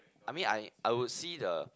I mean I I would see the